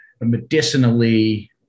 medicinally